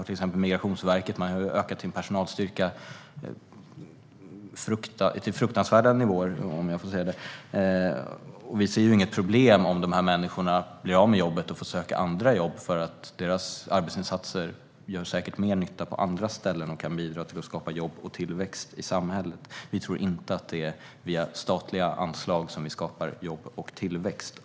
Till exempel Migrationsverket har ökat sin personalstyrka till fruktansvärda nivåer. Vi ser inget problem med att de här människorna blir av med jobben och får söka andra jobb, för deras arbetsinsatser gör säkert mer nytta på andra ställen och kan bidra till att skapa jobb och tillväxt i samhället. Vi tror inte att det är via statliga anslag som vi skapar jobb och tillväxt.